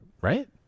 Right